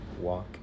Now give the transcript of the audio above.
walk